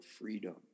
freedom